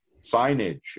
signage